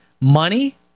Money